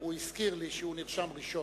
הוא הזכיר לי שהוא נרשם ראשון.